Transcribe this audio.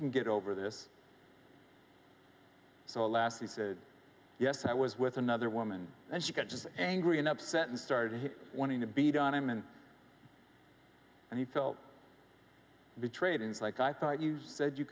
can get over this so last week that yes i was with another woman and she kept as angry and upset and started wanting to beat on him and and he felt betrayed and like i thought you said you